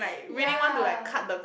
ya